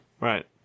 Right